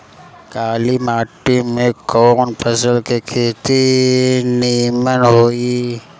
काली माटी में कवन फसल के खेती नीमन होई?